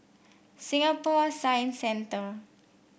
Singapore Science Centre